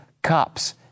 Cops